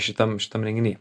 šitam šitam renginy